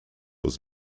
was